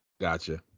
Gotcha